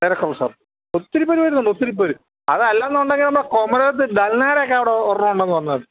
തിരക്ക് ദിവസം ഒത്തിരിപ്പേർ വരുന്നുണ്ട് ഒത്തിരിപ്പേർ അതല്ലാന്നുണ്ടെങ്കിൽ നമ്മുടെ കുമരകത്ത് അവിടെ ഒരെണ്ണം ഉണ്ടെന്ന് പറഞ്ഞിരുന്നു